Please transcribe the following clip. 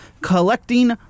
collecting